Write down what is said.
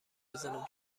بزنم